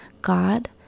God